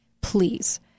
please